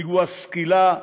פיגוע סקילה למוות.